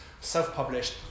self-published